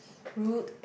rude